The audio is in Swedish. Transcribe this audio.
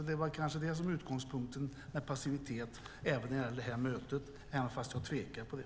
Det var kanske det som var utgångspunkten för passivitet vid det mötet, även om jag tvivlar på det.